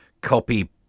copy